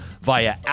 via